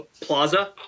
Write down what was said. Plaza